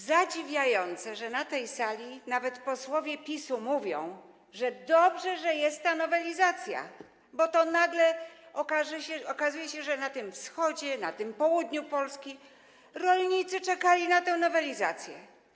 Zadziwiające, że na tej sali nawet posłowie PiS-u mówią, że dobrze, że jest ta nowelizacja, bo oto nagle okazuje się, że na wschodzie, na południu Polski rolnicy czekali na tę nowelizację.